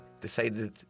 Decided